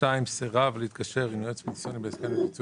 סירב להתקשר עם יועץ פנסיוני בהסכם לביצוע